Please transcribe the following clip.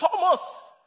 Thomas